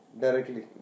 Directly